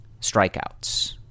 strikeouts